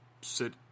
Sit